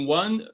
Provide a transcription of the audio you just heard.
one